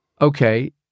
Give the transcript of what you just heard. okay